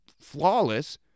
flawless